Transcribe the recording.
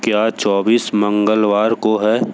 क्या चौबीस मंगलवार को है